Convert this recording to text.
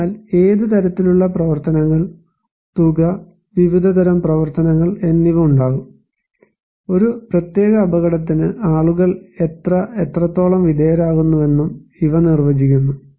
അതിനാൽ ഏത് തരത്തിലുള്ള പ്രവർത്തനങ്ങൾ തുക വിവിധതരം പ്രവർത്തനങ്ങൾ എന്നിവ ഉണ്ടാകും ഒരു പ്രത്യേക അപകടത്തിന് ആളുകൾ എത്ര എത്രത്തോളം വിധേയരാകുന്നുവെന്നും ഇവ നിർവചിക്കുന്നു